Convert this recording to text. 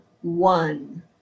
one